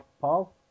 Paul